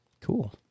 cool